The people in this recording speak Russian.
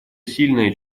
сильное